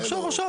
עכשיו, עכשיו.